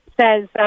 says